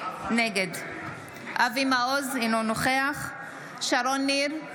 נגד אבי מעוז, אינו נוכח שרון ניר,